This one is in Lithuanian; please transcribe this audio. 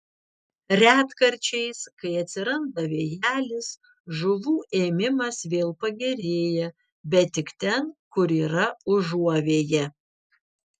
retkarčiais kai atsiranda vėjelis žuvų ėmimas vėl pagerėja bet tik ten kur yra užuovėja